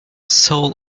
soul